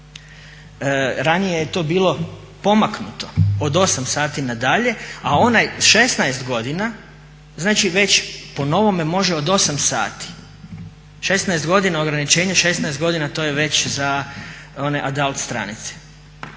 Ranije je to bilo pomaknuto od 8 sati nadalje, a onaj 16 godina znači već po novome može od 8 sati. 16 godina, ograničenje 16 godina to je već za one adult stranice,